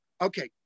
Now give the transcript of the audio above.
Okay